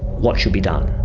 what should be done?